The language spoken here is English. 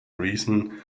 reason